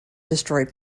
destroyed